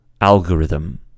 algorithm